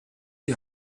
die